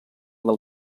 del